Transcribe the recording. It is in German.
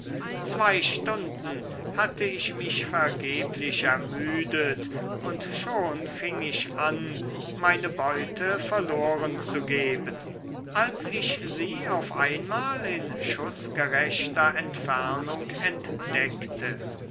zwei stunden hatte ich mich vergeblich ermüdet und schon fing ich an meine beute verloren zu geben als ich sie auf einmal in schußgerechter entfernung entdecke